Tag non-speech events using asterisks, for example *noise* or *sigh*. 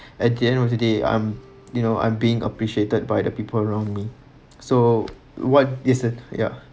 *breath* at the end of the day I'm you know I'm being appreciated by the people around me so what is the ya